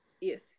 yes